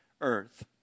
earth